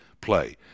play